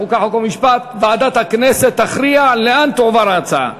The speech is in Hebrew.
חוק ומשפט להכנתה לקריאה ראשונה.